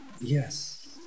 Yes